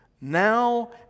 Now